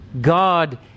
God